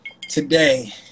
today